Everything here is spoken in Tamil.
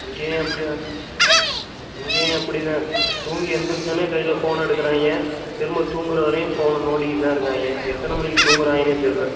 இங்கேயும் இப்பிடி தான்டா இங்கேயும் அப்படி தான் தூங்கி எழுந்துருச்சோன்னே கையில் ஃபோனை எடுக்கிறாய்ங்க திரும்ப தூங்குகிற வரைக்கும் ஃபோனை நோண்டிக்கிட்டு தான் இருக்காங்க எத்தனை மணிக்கு தூங்குறாங்கனே தெரியல